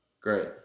Great